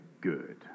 good